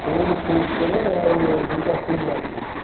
ଫୁଲ୍ ଫୁଲ୍ ଦେବେ ଆଉ ଦୁଇଟା ଫୁଲ୍ ବାନ୍ଧିବେ